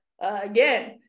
again